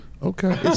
Okay